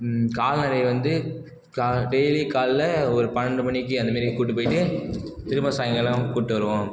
கால்நடையை வந்து கா டெய்லி காலைல ஒரு பனெண்டு மணிக்கு அந்தமாரி கூட்டு போயிட்டு திரும்ப சாய்ங்காலம் கூட்டு வருவோம்